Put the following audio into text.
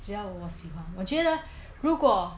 只要我喜欢我觉得如果